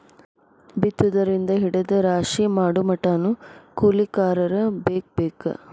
ಬಿತ್ತುದರಿಂದ ಹಿಡದ ರಾಶಿ ಮಾಡುಮಟಾನು ಕೂಲಿಕಾರರ ಬೇಕ ಬೇಕ